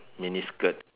mini skirt